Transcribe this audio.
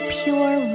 pure